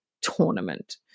tournament